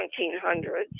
1700s